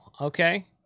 Okay